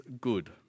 good